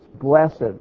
blessed